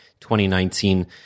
2019